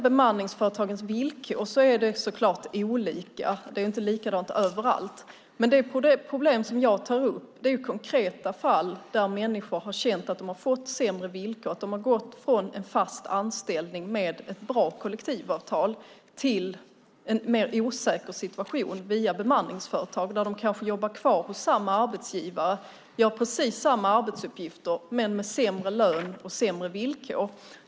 Bemanningsföretagens villkor är så klart olika, det är inte likadant överallt. Men de problem som jag tar upp är konkreta fall där människor har känt att de har fått sämre villkor, att de har gått från en fast anställning med ett bra kollektivavtal till en mer osäker situation via bemanningsföretag. De kanske jobbar kvar hos samma arbetsgivare, har precis samma arbetsuppgifter men sämre lön och sämre villkor.